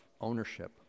ownership